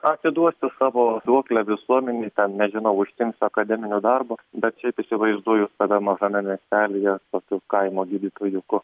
atiduosiu savo duoklę visuomenei ten nežinau užsiimsiu akademiniu darbu bet šiaip įsivaizduoju save mažame miestelyje tokiu kaimo gydytojuku